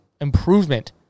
improvement